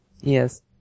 Yes